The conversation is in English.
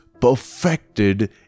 perfected